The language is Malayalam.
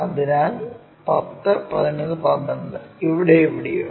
അതിനാൽ 10 11 12 ഇവിടെ എവിടെയോ